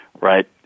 right